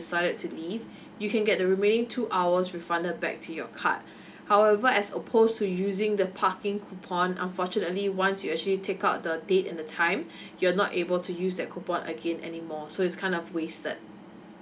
decided to leave you can get the remaining two hours refunded back to your card however as opposed to using the parking coupon unfortunately once you actually take out the date and the time you're not able to use that coupon again anymore so it's kind of wasted